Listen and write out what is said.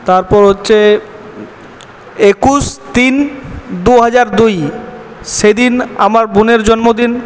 তারপর হচ্ছে একুশ তিন দুহাজার দুই সেদিন আমার বোনের জন্মদিন